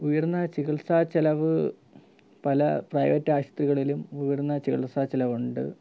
ഉയർന്ന ചികിത്സാ ചെലവ് പല പ്രൈവറ്റ് ആശുത്രികളിലും ഉയർന്ന ചികിത്സാ ചെലവുണ്ട്